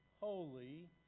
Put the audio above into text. holy